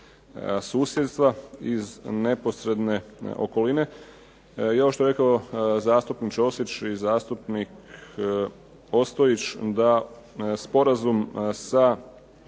susjedstva, iz neposredne okoline. I ovo što je rekao zastupnik Ćosić i zastupnik Ostojić da Sporazum sa